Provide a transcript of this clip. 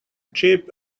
cheap